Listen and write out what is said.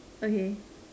okay